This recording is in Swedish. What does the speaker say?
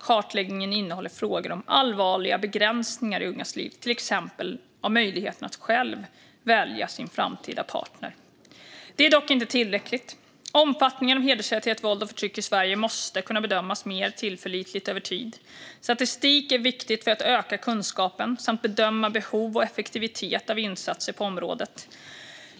Kartläggningen innehåller frågor om allvarliga begränsningar i ungas liv, till exempel av möjligheten att själv välja sin framtida partner. Det är dock inte tillräckligt. Omfattningen av hedersrelaterat våld och förtryck i Sverige måste kunna bedömas mer tillförlitligt över tid. Statistik är viktigt för att öka kunskapen samt för att bedöma behov och effektivitet av insatser på området.